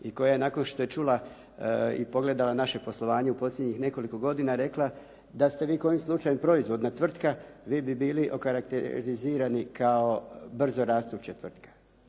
i koja je nakon što je čula i pogledala naše poslovanje u posljednjih nekoliko godina rekla da ste vi kojim slučajem proizvodna tvrtka vi bi bili okarakterizirani kao brzorastuća tvrtka.